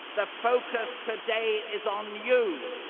the focus today is on you,